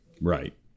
Right